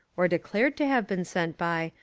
or de clared to have been sent by,